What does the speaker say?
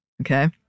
okay